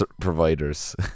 providers